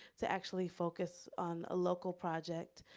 to actually focus on a local project?